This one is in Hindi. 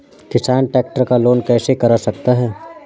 किसान ट्रैक्टर का लोन कैसे करा सकता है?